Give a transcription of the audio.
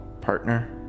Partner